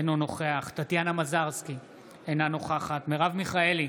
אינו נוכח טטיאנה מזרסקי, אינה נוכחת מרב מיכאלי,